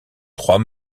trois